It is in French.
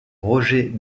roger